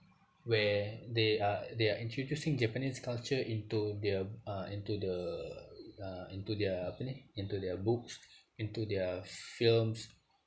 where they are they are introducing japanese culture into their uh into the uh into their apa ni into their books into their films